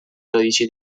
dodici